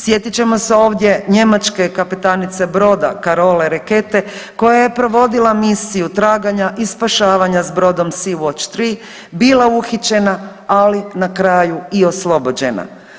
Sjetit ćemo se ovdje njemačke kapetanice broda Carolae Rackete koja ja provodila misiju traganja i spašavanja s brodom Sea-Watch 3 bila uhićena, ali na kraju i oslobođena.